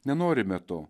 nenorime to